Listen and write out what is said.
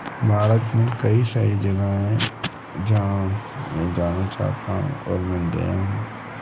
भारत में कई सारी जगह हैं जहाँ मैं जाना चाहता हूँ और मैं गया हूँ